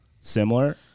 similar